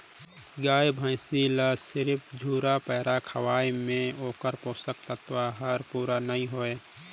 गाय भइसी ल सिरिफ झुरा पैरा खवाये में ओखर पोषक तत्व हर पूरा नई होय